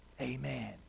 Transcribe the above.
Amen